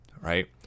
right